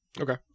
Okay